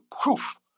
proof